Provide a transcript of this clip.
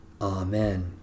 Amen